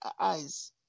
eyes